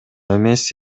эмес